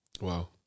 Wow